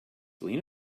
lena